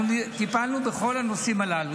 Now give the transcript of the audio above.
אנחנו טיפלנו בכל הנושאים הללו.